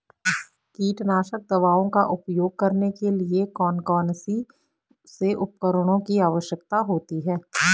कीटनाशक दवाओं का उपयोग करने के लिए कौन कौन से उपकरणों की आवश्यकता होती है?